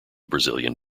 brazilian